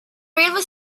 railway